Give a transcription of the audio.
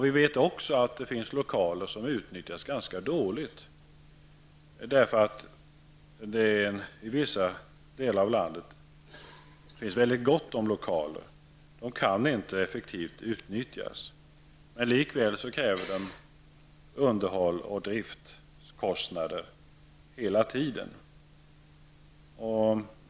Vi vet också att det finns lokaler som utnyttjas ganska dåligt därför att det i vissa delar av landet finns väldigt gott om lokaler. De kan inte effektivt utnyttjas. Likväl är de kostnader för underhåll och drift hela tiden.